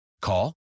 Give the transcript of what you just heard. Call